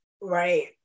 right